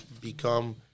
become